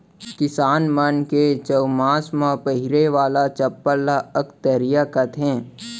किसान मन के चउमास म पहिरे वाला चप्पल ल अकतरिया कथें